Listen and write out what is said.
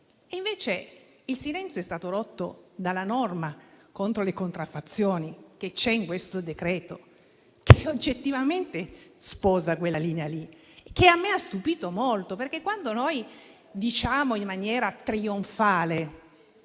Invece il silenzio è stato rotto dalla norma contro le contraffazioni contenuta in questo decreto, che oggettivamente sposa quella linea. Ciò mi ha stupito molto. Diciamo in maniera trionfale